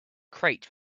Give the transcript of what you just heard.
crate